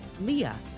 Leah